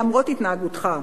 למרות התנהגותך.